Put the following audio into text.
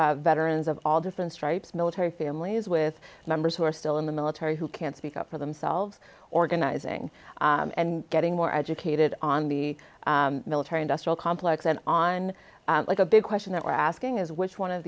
see veterans of all different stripes military families with members who are still in the military who can't speak up for themselves organizing and getting more educated on the military industrial complex and on on like a big question that we're asking is which one of